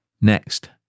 Next